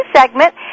segment